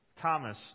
Thomas